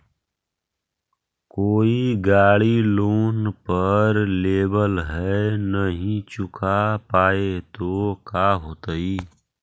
कोई गाड़ी लोन पर लेबल है नही चुका पाए तो का होतई?